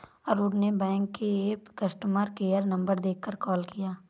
अरुण ने बैंक के app customer care number देखकर कॉल किया